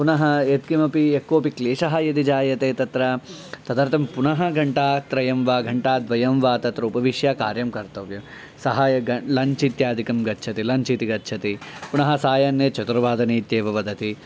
पुनः यत्किमपि यक्कोऽपि क्लेशः यदि जायते तत्र तदर्थं पुनः घण्टात्रयं वा घण्टाद्वयं वा तत्र उपविश्य कार्यं कर्तव्यं सः एकं लञ्च् इत्यादिकं गच्छति लञ्च् इति गच्छति पुनः सायं चतुर्वादने इत्येव वदति